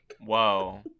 Whoa